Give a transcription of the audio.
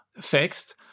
fixed